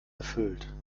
erfüllt